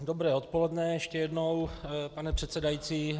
Dobré odpoledne ještě jednou, pane předsedající.